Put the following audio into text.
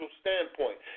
standpoint